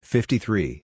Fifty-three